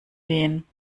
gehen